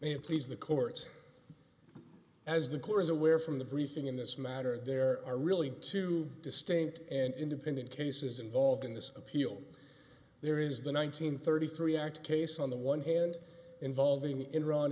please the courts as the core is aware from the briefing in this matter there are really two distinct and independent cases involved in this appeal there is the one nine hundred thirty three act case on the one hand involving enron